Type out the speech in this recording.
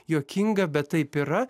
juokinga bet taip yra